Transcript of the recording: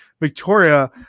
Victoria